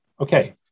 Okay